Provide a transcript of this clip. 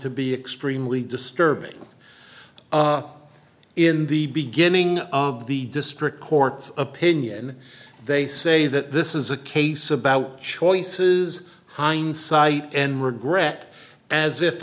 to be extremely disturbing in the beginning of the district court's opinion they say that this is a case about choices hindsight and regret as if